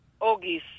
Ogis